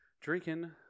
drinking